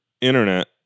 internet